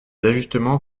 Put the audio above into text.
ajustements